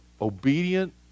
obedient